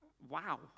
wow